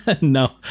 no